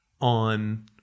on